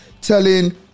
Telling